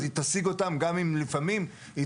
אז היא תשיג אותם גם אם לפעמים היא